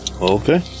Okay